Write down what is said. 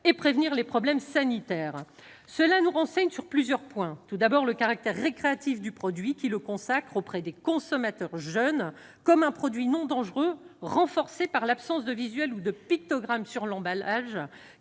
ni prévenir les problèmes sanitaires. Cela nous renseigne sur plusieurs points. Tout d'abord, le caractère récréatif du produit le consacre auprès des consommateurs jeunes comme un produit non dangereux, ce que renforce l'absence de visuel ou de pictogramme sur l'emballage,